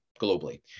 globally